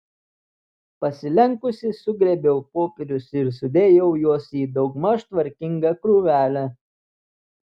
pasilenkusi sugrėbiau popierius ir sudėjau juos į daugmaž tvarkingą krūvelę